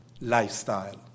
lifestyle